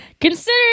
Consider